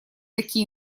такие